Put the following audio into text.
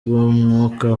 bw’umwuka